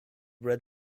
red